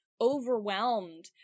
overwhelmed